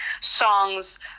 songs